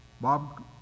Bob